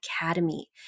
Academy